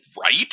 right